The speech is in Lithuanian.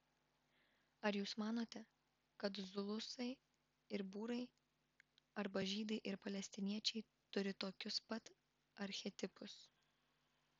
ar jūs manote kad zulusai ir būrai arba žydai ir palestiniečiai turi tokius pat archetipus